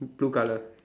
two colours